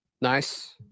Nice